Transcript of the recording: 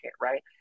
right